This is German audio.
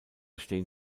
stehen